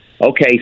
Okay